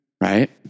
right